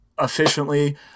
efficiently